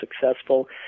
successful